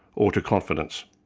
or to confidence.